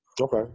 Okay